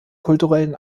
kulturellen